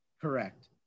correct